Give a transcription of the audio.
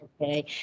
okay